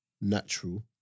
Natural